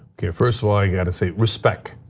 okay, first of all, i gotta say respect.